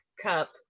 cup